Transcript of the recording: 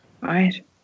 Right